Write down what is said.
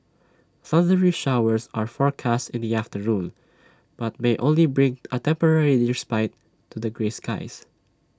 thundery showers are forecast in the afternoon but may only bring A temporary respite to the grey skies